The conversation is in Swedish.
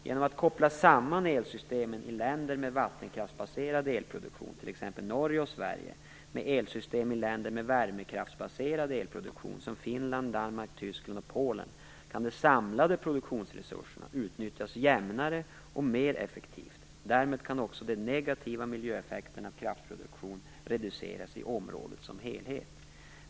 Genom att koppla elsystemen i länder med vattenkraftsbaserad elproduktion, t.ex. Norge och Sverige, med elsystemen i länder med värmekraftsbaserad elproduktion som Finland, Danmark, Tyskland och Polen, kan de samlade produktionsresurserna utnyttjas jämnare och mer effektivt. Därmed kan också de negativa miljöeffekterna av kraftproduktion reduceras i området som helhet.